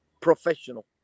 Professional